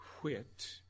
Quit